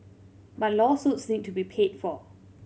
but lawsuits need to be paid for